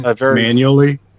Manually